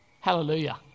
Hallelujah